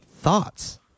thoughts